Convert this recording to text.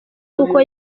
kuko